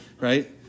right